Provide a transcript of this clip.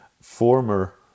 former